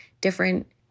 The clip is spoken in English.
different